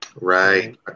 Right